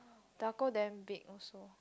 Taroko damn big also